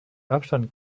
abstand